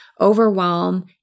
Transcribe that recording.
overwhelm